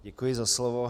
Děkuji za slovo.